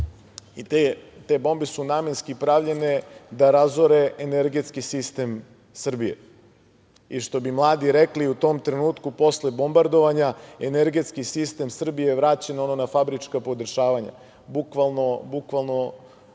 te bombe su namenski pravljene da razore energetski sistem Srbije. Što bi mladi rekli, u tom trenutku posle bombardovanja energetski sistem Srbije vraćen je na fabrička podešavanja. Bukvalno je tada